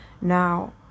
now